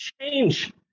change